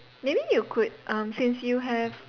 maybe you could um since you have